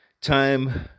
time